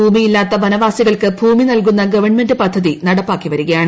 ഭൂമിയില്ലാത്ത വനവാസികൾക്ക് ഭൂമി നൽകുന്ന ഗവർണമെന്റ് പദ്ധതി നടപ്പാക്കി വരികയാണ്